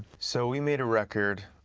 so we made a record,